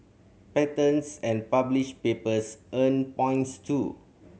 patents and published papers earn points too